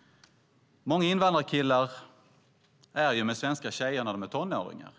- Många invandrarkillar är ju med svenska tjejer när de är tonåringar.